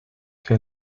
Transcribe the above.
que